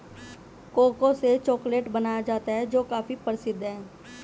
cocoa से chocolate बनाया जाता है जो काफी प्रसिद्ध है